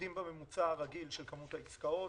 שעומדים בממוצע הרגיל של כמות העסקאות,